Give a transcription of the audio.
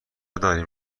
داریم